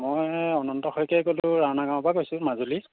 মই অনন্ত শইকীয়াই ক'লোঁ ৰাহনা গাঁৱৰ পৰা কৈছোঁ মাজুলী